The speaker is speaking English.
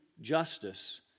justice